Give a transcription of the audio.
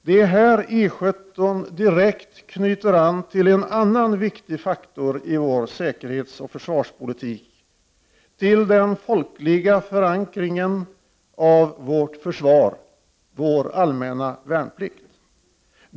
Det är här I 17 direkt knyter an till en annan viktig faktor i vår säkerhetsoch försvarspolitik, till den folkliga förankringen av vårt försvar, vår allmänna värnplikt.